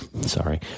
Sorry